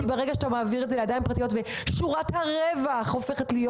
כי ברגע שאתה מעביר את זה לידיים פרטיות שורת הרווח הופכת להיות